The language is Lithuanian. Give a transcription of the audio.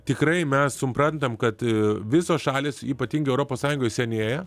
tikrai mes suprantam kad visos šalys ypatingai europos sąjungoj senėja